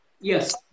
Yes